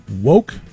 woke